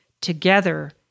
together